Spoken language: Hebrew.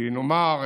נאמר,